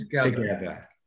together